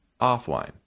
offline